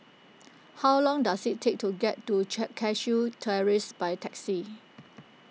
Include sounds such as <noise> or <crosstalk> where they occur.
how long does it take to get to <unintelligible> Cashew Terrace by taxi